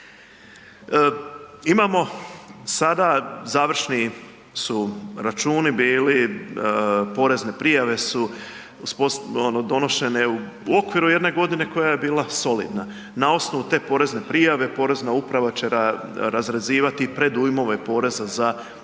Imamo sada završni su računi bili, porezne prijave su ono donošene u okviru jedne godine koja je bila solidna. Na osnovu te porezne prijave Porezna uprava će razrezivati predujmove poreza za ovu